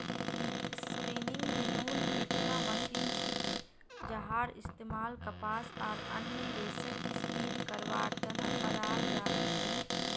spinning mule एकटा machine छिके जहार इस्तमाल कपास आर अन्य रेशक स्पिन करवार त न कराल जा छेक